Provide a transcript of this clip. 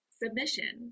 submission